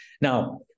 Now